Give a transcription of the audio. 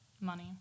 money